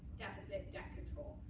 deficit debt control.